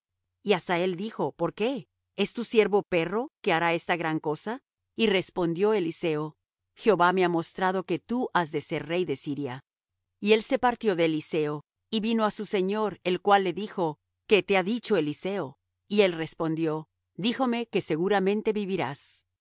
y hazael dijo por qué es tu siervo perro que hará esta gran cosa y respondió eliseo jehová me ha mostrado que tú has de ser rey de siria y él se partió de eliseo y vino á su señor el cual le dijo qué te ha dicho eliseo y él respondió díjome que seguramente vivirás